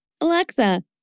Alexa